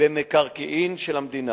במקרקעין של המדינה.